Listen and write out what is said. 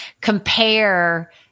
compare